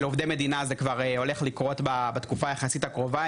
שלעובדי מדינה זה עומד לקרות בתקופה היחסית קרובה,